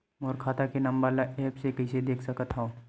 मोर खाता के नंबर ल एप्प से कइसे देख सकत हव?